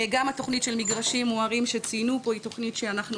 גם התוכנית של מגרשים מוארים שציינו פה היא תוכנית שאנחנו